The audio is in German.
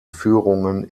führungen